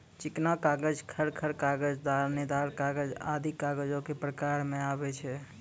चिकना कागज, खर खर कागज, दानेदार कागज आदि कागजो क प्रकार म आवै छै